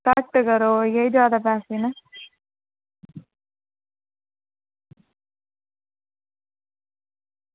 घट्ट करो एह् जादा पैसे न